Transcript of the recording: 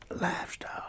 lifestyle